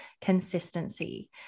consistency